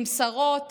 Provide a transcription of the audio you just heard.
עם שרות,